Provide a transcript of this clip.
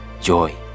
Joy